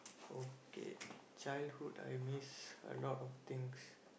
okay childhood I miss a lot of things